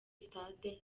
stade